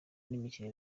n’imikino